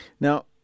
Now